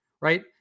right